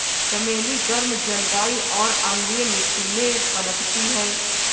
चमेली गर्म जलवायु और अम्लीय मिट्टी में पनपती है